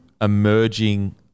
emerging